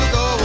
go